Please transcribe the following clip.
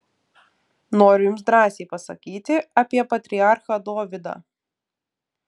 noriu jums drąsiai pasakyti apie patriarchą dovydą